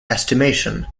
estimation